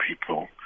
people